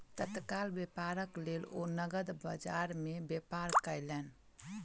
तत्काल व्यापारक लेल ओ नकद बजार में व्यापार कयलैन